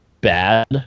bad